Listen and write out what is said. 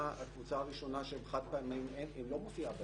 הקבוצה הראשונה שהם חד-פעמיים לא מופיעה.